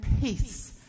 peace